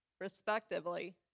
respectively